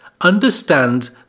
understand